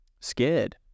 scared